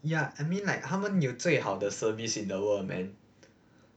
yeah I mean like 他们有最好的 service in the world man